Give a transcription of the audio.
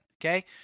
Okay